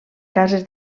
cases